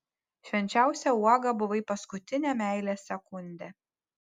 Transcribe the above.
švenčiausia uoga buvai paskutinę meilės sekundę